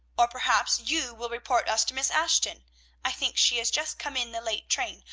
or perhaps you will report us to miss ashton i think she has just come in the late train,